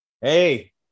Hey